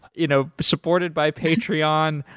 you know supported by patreon.